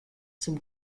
zum